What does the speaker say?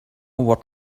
what